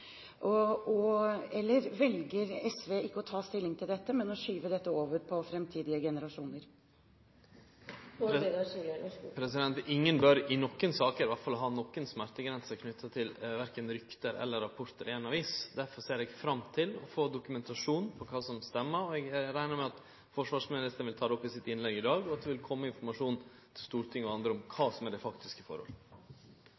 få inndekning. Eller velger SV ikke å ta stilling til dette, men skyver det over på framtidige generasjoner? Ingen bør i noka sak ha ei smertegrense knytt til korkje rykte eller rapportar i ei avis. Derfor ser eg fram til å få dokumentasjon på kva som stemmer, og eg reknar med at forsvarsministeren vil ta det opp i innlegget sitt i dag, og at det vil kome informasjon til Stortinget og andre om kva